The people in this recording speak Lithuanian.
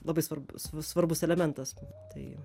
labai svarbus svarbus elementas tai